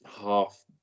half